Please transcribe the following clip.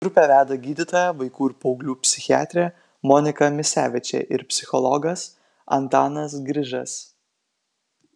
grupę veda gydytoja vaikų ir paauglių psichiatrė monika misevičė ir psichologas antanas grižas